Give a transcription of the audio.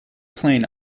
plane